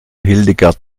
hildegard